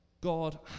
God